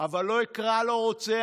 אבל לא אקרא לו רוצח,